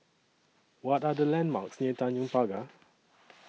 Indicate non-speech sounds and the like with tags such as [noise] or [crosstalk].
What Are The landmarks [noise] near Tanjong Pagar